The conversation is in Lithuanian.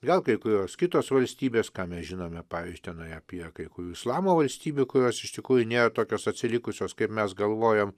gal kai kurios kitos valstybės ką mes žinome pavyzdž tenai apie kai kurių islamo valstybių kurios iš tikrųjų nėra tokios atsilikusios kaip mes galvojom